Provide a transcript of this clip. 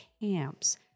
camps